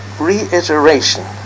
reiteration